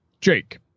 Jake